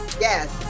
yes